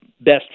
best